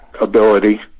ability